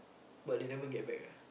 but they never get back ah